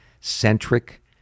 centric